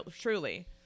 truly